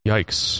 Yikes